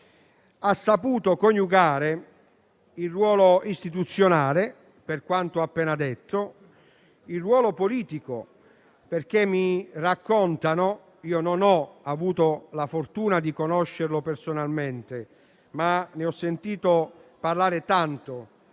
ha saputo coniugare il ruolo istituzionale - per quanto appena detto - e il ruolo politico. Io non ho avuto la fortuna di conoscerlo personalmente, ma ne ho sentito parlare, tanto